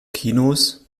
kinos